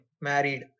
married